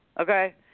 Okay